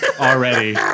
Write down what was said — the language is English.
already